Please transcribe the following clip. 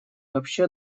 вообще